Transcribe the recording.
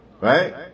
Right